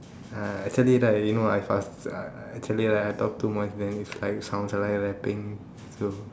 uh actually that you know I I I actually like I talk too much then is like sounds like I rapping so